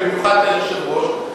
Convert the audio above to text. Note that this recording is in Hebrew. ובמיוחד את היושב-ראש,